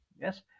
yes